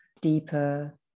deeper